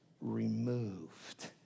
removed